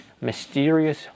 mysterious